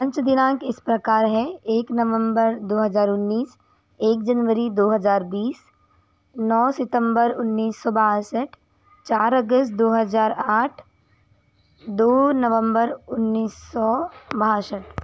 पाँच दिनांक इस प्रकार है एक नवंबर दो हजार उन्नीस एक जनवरी दो हजार बीस नौ सितम्बर उन्नीस सो बासठ चार अगस्त दो हजार आठ दो नवंबर उन्नीस सौ बासठ